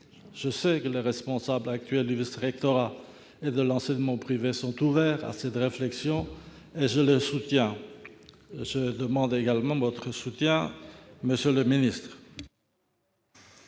Je sais que les responsables actuels du vice-rectorat et de l'enseignement privé sont ouverts à cette réflexion. Je sollicite votre soutien, monsieur le ministre.